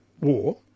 war